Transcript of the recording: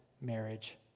marriage